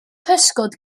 pysgod